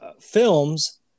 films